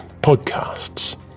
podcasts